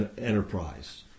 enterprise